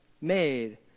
made